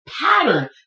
pattern